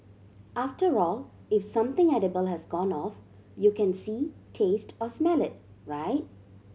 after all if something edible has gone off you can see taste or smell it right